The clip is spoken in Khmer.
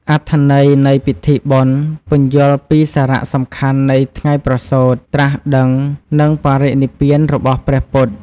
អត្ថន័យនៃពិធីបុណ្យ ពន្យល់ពីសារៈសំខាន់នៃថ្ងៃប្រសូត ត្រាស់ដឹង និងបរិនិព្វានរបស់ព្រះពុទ្ធ។